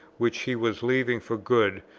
which he was leaving for good,